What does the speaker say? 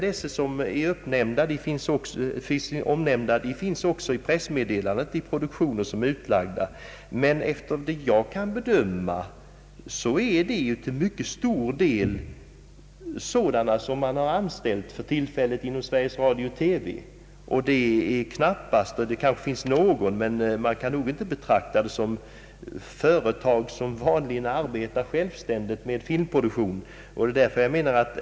De som finns omnämnda i pressmeddelandet är utlagda i produktionen, men efter vad jag kan bedöma är det till mycket stor del sådana som för tillfället är anställda inom Sveriges Radio TV. Man kan nog inte betrakta dem på samma sätt som de företag vilka vanligen arbetar självständigt med filmproduktionen.